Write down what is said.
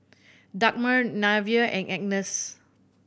Dagmar Nevaeh and Agnes